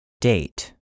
Date